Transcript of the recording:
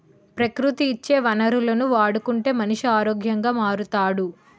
ప్రకృతి ఇచ్చే వనరులను వాడుకుంటే మనిషి ఆరోగ్యంగా మారుతాడు